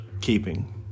Keeping